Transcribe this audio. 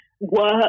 work